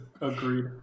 agreed